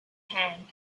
hand